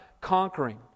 conquering